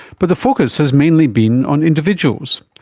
but the focus has mainly been on individuals.